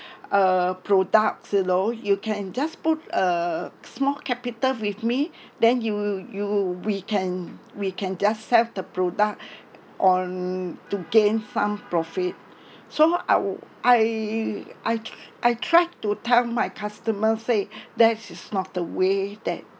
uh products you know you can just put uh small capital with me then you you we can we can just sell the product on to gain some profit so I I I try I tried to tell my customer say that's is not the way that